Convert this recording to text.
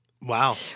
Wow